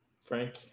Frank